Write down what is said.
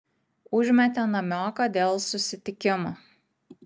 užmetė namioką dėl susitikimo